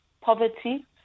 poverty